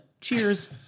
Cheers